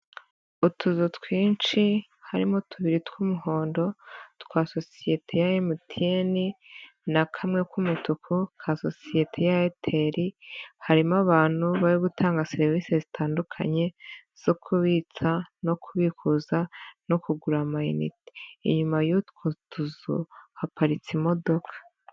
Utuzu twinshi harimo tubiri tw'umuhondo twa sosiyete ya MTN na kamwe k'umutuku ka sosiyete ya Airtel, harimo abantu bari gutanga serivisi zitandukanye zo kubitsa no kubikuza no kugura amayinite. Inyuma y'utwo tuzu haparitse imodoka.